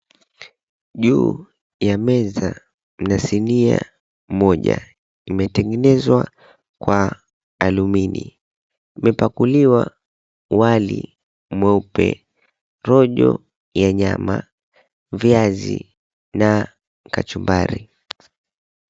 Juu ya meza kuna sinia moja. Imetengenezwa kwa alumini. Imepakuliwa wali mweupe, rojo ya nyama, viazi na kachumbari.